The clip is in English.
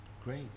Great